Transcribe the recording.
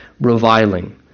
reviling